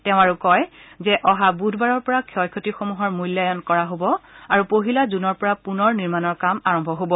তেওঁ আৰু কয় যে অহা বুধবাৰৰ পৰা ক্ষয় ক্ষতিসমূহৰ মূল্যায়ন কৰা হ'ব আৰু পহিলা জুনৰ পৰা পুনৰ নিৰ্মাণৰ কাম আৰম্ভ হ'ব